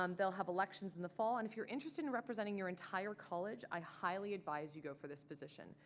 um they'll have elections in the fall and if you're interested in representing your entire college, i highly advise you to go for this position.